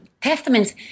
testaments